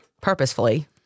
purposefully